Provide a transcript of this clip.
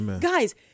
Guys